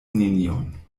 nenion